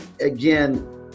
again